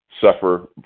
suffer